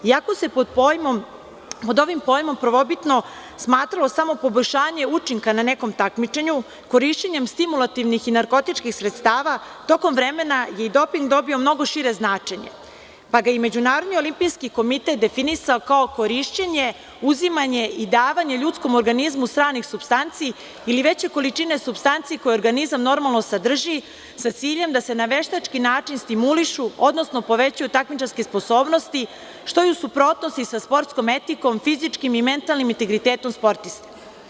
Iako se pod ovim pojmom prvobitno smatralo samo poboljšanje učinka na nekom takmičenju, korišćenjem stimulativnih i narkotičkih sredstava tokom vremena je doping dobio mnogo šire značenje, pa ga je i Međunarodni olimpijski komitet definisao kao korišćenje, uzimanje i davanje ljudskom organizmu stranih supstanci ili veće količine supstanci koje organizam normalno sadrži sa ciljem da se na veštački način stimulišu, odnosno povećaju takmičarske sposobnosti, što je u suprotnosti sa sportskom etikom, fizičkim i mentalnim integritetom sportiste.